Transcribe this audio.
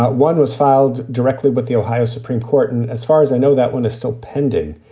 but one was filed directly with the ohio supreme court. and as far as i know, that one is still pending.